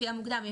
לפי המוקדם.